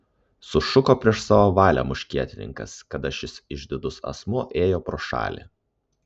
sušuko prieš savo valią muškietininkas kada šis išdidus asmuo ėjo pro šalį